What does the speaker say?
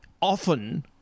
often